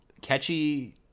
catchy